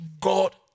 God